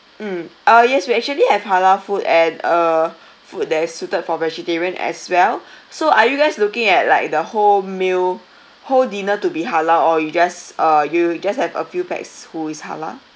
mm uh yes we actually have halal food and uh food that is suited for vegetarian as well so are you guys looking at like the whole meal whole dinner to be halal or you just uh you just have a few pax who is halal